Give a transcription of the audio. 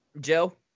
Joe